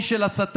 איש של הסתה,